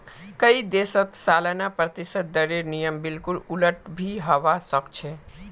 कई देशत सालाना प्रतिशत दरेर नियम बिल्कुल उलट भी हवा सक छे